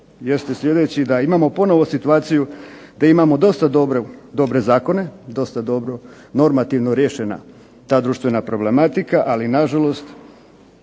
jeste sljedeći, da imamo ponovno situaciju da imamo dosta dobre zakone, dosta dobro normativno riješena ta društvena problematika, ali nažalost